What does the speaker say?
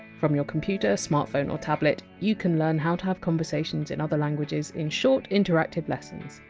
from your computer, smartphone or tablet, you can learn how to have conversations in other languages in short, interactive lessons.